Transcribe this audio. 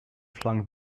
flung